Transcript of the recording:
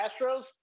Astros